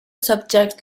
subject